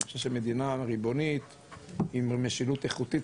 אני חושב שמדינה ריבונית עם משילות איכותית,